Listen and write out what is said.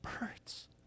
birds